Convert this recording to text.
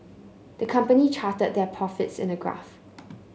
the company charted their profits in a graph